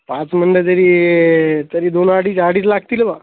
पाच म्हणलं तरी तरी दोन अडीच अडीच लागतील बा